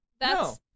No